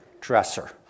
dresser